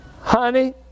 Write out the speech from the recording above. Honey